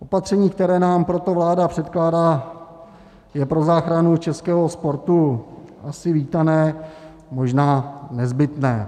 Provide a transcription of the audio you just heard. Opatření, které nám proto vláda předkládá, je pro záchranu českého sportu asi vítané, možná nezbytné.